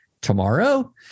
tomorrow